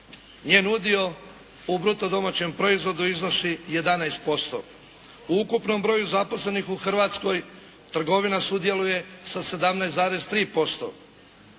Njen udio u bruto domaćem proizvodu iznosi 11%. U ukupnom broju zaposlenih u Hrvatskoj trgovina sudjeluje sa 17,3%.